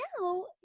now